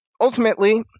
ultimately